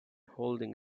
holding